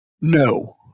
no